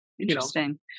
Interesting